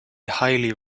highly